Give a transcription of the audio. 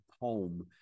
home